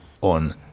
on